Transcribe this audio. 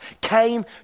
came